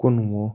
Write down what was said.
کُنہٕ وُہ